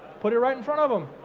put it right in front of them.